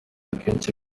akenshi